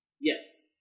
Yes